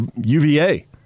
UVA